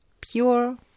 pure